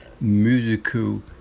musical